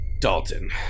Dalton